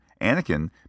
Anakin